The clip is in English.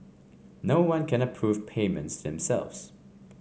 no one can approve payments to themselves